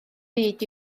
byd